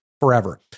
forever